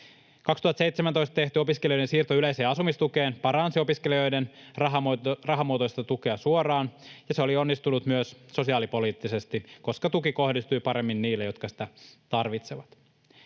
2017 tehty opiskelijoiden siirto yleiseen asumistukeen paransi opiskelijoiden rahamuotoista tukea suoraan, ja se oli onnistunut myös sosiaalipoliittisesti, koska tuki kohdistui paremmin niille, jotka sitä tarvitsevat.